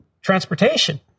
transportation